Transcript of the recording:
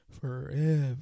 forever